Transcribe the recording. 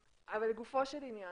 לגופו של עניין,